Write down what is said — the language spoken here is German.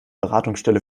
beratungsstelle